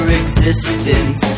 existence